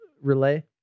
relay